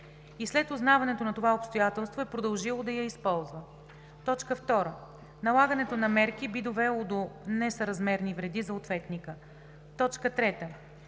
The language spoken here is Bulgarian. и след узнаването на това обстоятелство е продължило да я използва; 2. налагането на мерки би довело до несъразмерни вреди за ответника; 3.